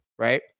Right